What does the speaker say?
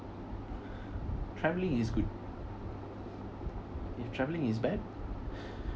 travelling is good if travelling is bad